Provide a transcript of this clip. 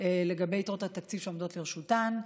לגבי יתרות התקציב שעומדות לרשותן.